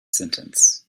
sentence